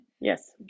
Yes